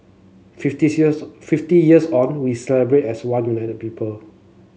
fifty fifty years on we celebrate as one united people